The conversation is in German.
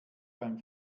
beim